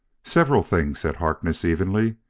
several things, said harkness evenly.